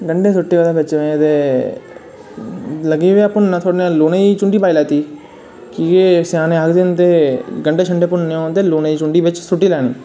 गंडे सुट्टे में ओह्दै च ते लगी पेआ भुन्ना थोह्ड़ी सारी लूनें दी चूंटी पाई दित्ती कि जे स्याने स्याने आखदे हे गंडे भुन्ने होन ते लूनें दी चूंटी बिच्च सुट्टी लैनी